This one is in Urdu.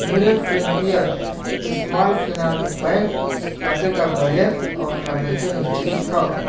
میرے فنکیئر اسمال فینانس بینک کھاتے کا بیلنس اور ٹرانزیکشن ہشٹری دکھاؤ